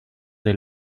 des